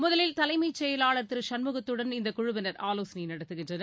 முதலில் தலைமைச் செயலாளர் திருசண்முகத்துடன் இந்தக் குழுவினர் ஆவோசனைநடத்துகின்றனர்